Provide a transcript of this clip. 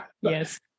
Yes